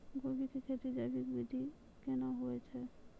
गोभी की खेती जैविक विधि केना हुए छ?